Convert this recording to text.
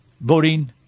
voting